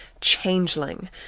changeling